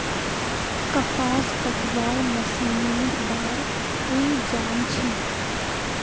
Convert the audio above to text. कपास कटवार मशीनेर बार तुई जान छि